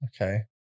Okay